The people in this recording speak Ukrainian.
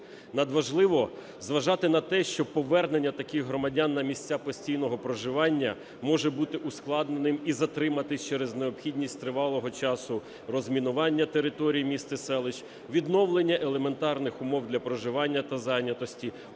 Надважливо зважати на те, що повернення таких громадян на місця постійного проживання може бути ускладненим і затриматись через необхідність тривалого часу розмінування територій міст і селищ, відновлення елементарних умов для проживання та зайнятості.